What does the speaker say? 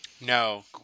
No